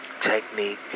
Technique